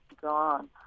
gone